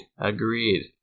Agreed